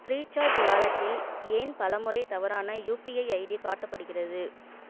Freecharge வாலெட்டில் ஏன் பலமுறை தவறான யுபிஐ ஐடி காட்டப்படுகிறது